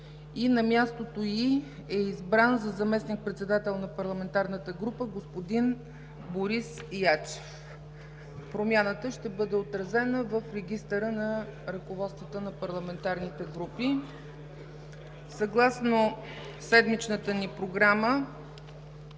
и на мястото й е избран за заместник-председател на парламентарната група господин Борис Ячев. Промяната ще бъде отразена в регистъра на ръководствата на парламентарните групи. Съгласно седмичната ни програма